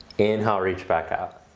inhale, reach back out.